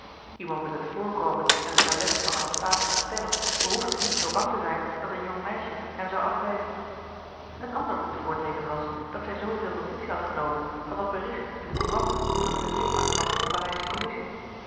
iemand met het voorkomen en het talent van anasthase van sterren behoefde niet zoo bang te zijn dat een jong meisje hem zou afwijzen een ander goed voorteeken was dat zij zoo veel notitie had genomen van dat bericht in de couranten omtrent zijn lidmaatschap van de parijsche commissie